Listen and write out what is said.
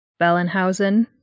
Bellenhausen